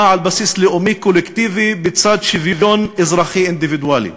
על בסיס לאומי קולקטיבי בצד שוויון אזרחי אינדיבידואלי,